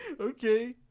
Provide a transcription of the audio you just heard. Okay